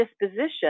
disposition